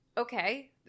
okay